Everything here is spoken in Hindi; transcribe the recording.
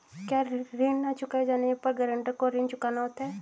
क्या ऋण न चुकाए जाने पर गरेंटर को ऋण चुकाना होता है?